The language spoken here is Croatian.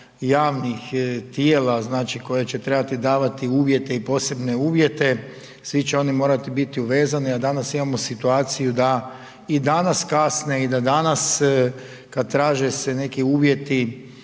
javnih tijela znači koji će trebati davati uvjete i posebne uvjete. Svi će oni morati biti uvezani, a danas imamo situaciju da i danas kasne, i da danas kada traže se neki uvjeti